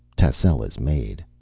tascela's maid.